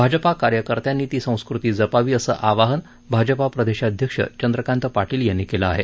भाजपा कार्यकर्त्यांनी ती संस्कृती जपावी असं आवाहन भाजपा प्रदेशाध्यक्ष चंद्रकांत पाटील यांनी केलं आहे